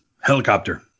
Helicopter